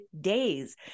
days